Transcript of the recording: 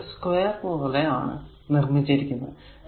ഇത് ഒരു സ്കയർ പോലെ ആണ് നിർമിച്ചിരിക്കുന്നത്